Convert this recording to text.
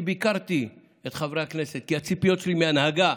אני ביקרתי את חברי הכנסת, כי הציפיות שלי מההנהגה